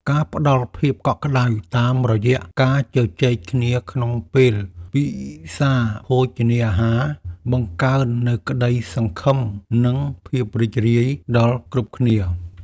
ការផ្តល់ភាពកក់ក្តៅតាមរយៈការជជែកគ្នាក្នុងពេលពិសាភោជនាអាហារ បង្កើននូវក្តីសង្ឃឹមនិងភាពរីករាយដល់គ្រប់គ្នា។